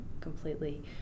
completely